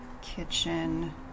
kitchen